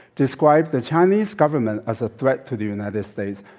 described the chinese government as a threat to the united states,